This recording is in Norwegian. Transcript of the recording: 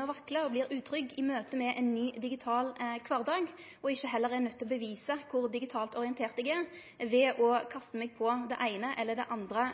å vakle og vert utrygg i møte med ein ny digital kvardag, og heller ikkje er nøydd til å bevise kor digitalt orientert eg er, ved å kaste meg på det eine eller det andre